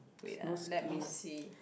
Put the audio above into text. wait ah let me see